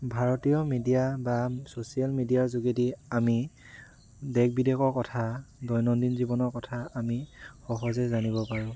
ভাৰতীয় মিডিয়া বা ছ'চিয়েল মিডিয়াৰ যোগেদি আমি দেশ বিদেশৰ কথা দৈনন্দিন জীৱনৰ কথা আমি সহজে জানিব পাৰোঁ